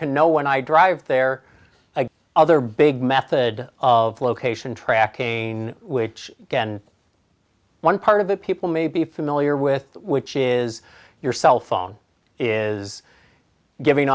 can know when i drive there other big method of location tracking which again one part of that people may be familiar with which is your cell phone is giving